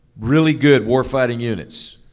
really good warfighting units,